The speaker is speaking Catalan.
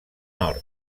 nord